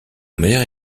mère